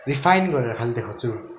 refine गरेर खालि देखाउँछु